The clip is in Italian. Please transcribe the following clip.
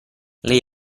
lei